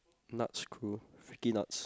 Nuts-Crew Freaky-Nuts